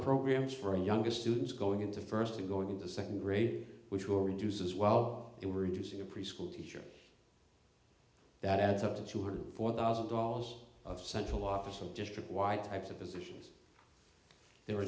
programs for youngest students going into first to go into second grade which will reduce as well in reducing a preschool teacher that adds up to two hundred four thousand dollars of central office and district wide types of positions they were